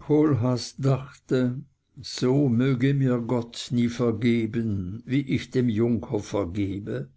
kohlhaas dachte so möge mir gott nie vergeben wie ich dem junker vergebe